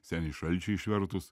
seniai šalčiai išvertus